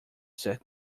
sat